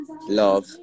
love